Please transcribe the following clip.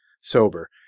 sober